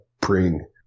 bring